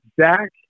Zach